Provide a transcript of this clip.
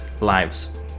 lives